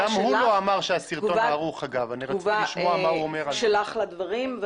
תגובה שלך לדברים.